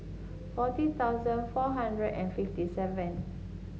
forty thousand four hundred and fifty seven